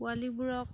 পোৱালিবোৰক